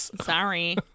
Sorry